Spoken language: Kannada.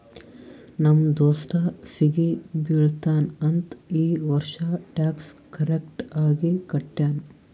ನಮ್ ದೋಸ್ತ ಸಿಗಿ ಬೀಳ್ತಾನ್ ಅಂತ್ ಈ ವರ್ಷ ಟ್ಯಾಕ್ಸ್ ಕರೆಕ್ಟ್ ಆಗಿ ಕಟ್ಯಾನ್